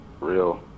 real